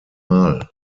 mal